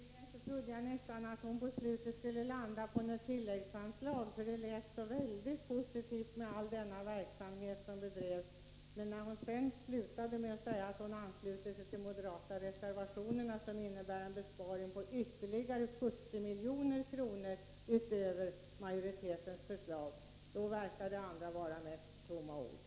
Herr talman! När jag hörde Gunnel Liljegren trodde jag att hon till slut skulle yrka på något tilläggsanslag, för hon lät så väldigt positiv till all denna verksamhet som bedrivs. Men när hon sedan anslöt sig till de moderata reservationerna, som innebär en besparing på 70 milj.kr. utöver majoritetens förslag, då verkar det andra vara mest tomma ord.